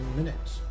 minutes